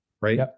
Right